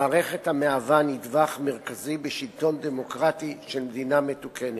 מערכת המהווה נדבך מרכזי בשלטון דמוקרטי של מדינה מתוקנת.